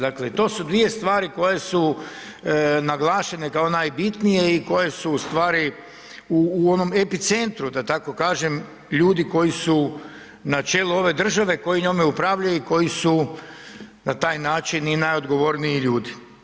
Dakle, to su dvije stvari koje su naglašene kao najbitnije i koje su u stvari u onom epicentru da tako kažem ljudi koji su na čelu ove države koji njome upravljaju i koji su na taj način i najodgovorniji ljudi.